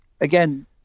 Again